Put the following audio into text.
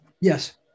Yes